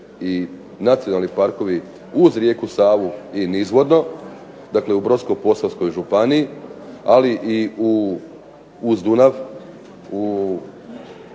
i nacionalni parkovi uz rijeku Savu i nizvodno, dakle u Brodsko-posavskoj županiji, ali i uz Dunav,